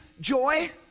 joy